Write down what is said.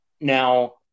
Now